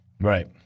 Right